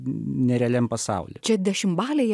nerealiam pasaulyje čia dešimbalėje